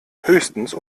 höchstens